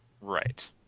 right